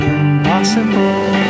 impossible